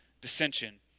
dissension